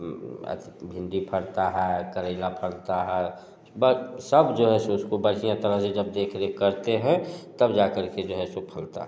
अथी भिंडी फलता है करेला फलता है सब जो है सो उसको बढ़िया तरह से जब देख रेख करते हैं तब जाकर के जो है सो फलता है